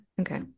okay